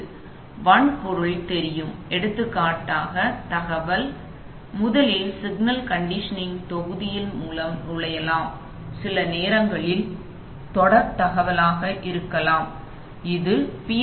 உங்களுக்கு வன்பொருள் தெரியும் எடுத்துக்காட்டாக தகவல் முதலில் சிக்னல் கண்டிஷனிங் தொகுதிகள் மூலம் நுழையலாம் இது சில நேரங்களில் தொடர் தகவலாக இருக்கலாம் இது பி